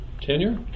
tenure